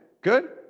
good